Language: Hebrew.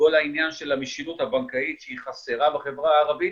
כל העניין של המשילות הבנקאית שהיא חסרה בחברה הערבית.